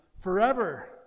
forever